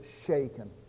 shaken